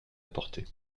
apportées